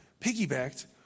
piggybacked